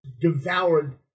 devoured